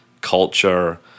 culture